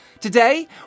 Today